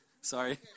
Sorry